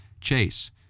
Chase